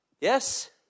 Yes